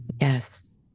yes